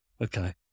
okay